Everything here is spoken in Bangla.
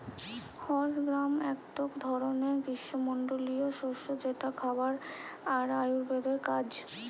হর্স গ্রাম একটো ধরণকার গ্রীস্মমন্ডলীয় শস্য যেটা খাবার আর আয়ুর্বেদের কাজ